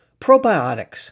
probiotics